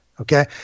okay